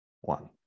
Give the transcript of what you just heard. one